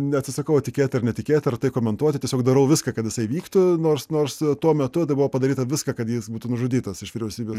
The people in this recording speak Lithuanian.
neatsisakau tikėti ar netikėti ar tai komentuoti tiesiog darau viską kad tasai vyktų nors nors tuo metu tai buvo padaryta viską kad jis būtų nužudytas iš vyriausybės